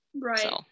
Right